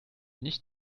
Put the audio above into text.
nicht